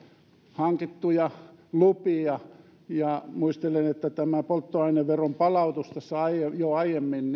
hankittuja lupia ja muistelen että tätä polttoaineveron palautusta sai jo aiemmin